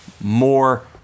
more